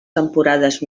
temporades